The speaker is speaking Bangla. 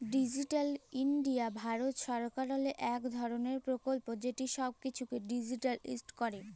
ডিজিটাল ইলডিয়া ভারত সরকারেরলে ইক ধরলের পরকল্প যেট ছব কিছুকে ডিজিটালাইস্ড ক্যরে